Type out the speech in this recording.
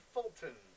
Fulton